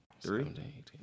Three